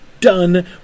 done